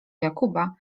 jakuba